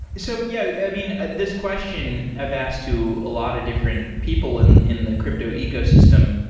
so yeah, i mean, this question i've asked to a lot of different people in in the crypto ecosystem,